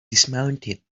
dismounted